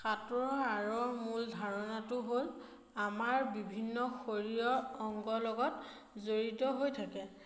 সাঁতোৰৰ আঁৰৰ মূল ধাৰণাটো হ'ল আমাৰ বিভিন্ন শৰীৰৰ অংগ লগত জড়িত হৈ থাকে